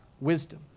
wisdom